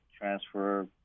transfer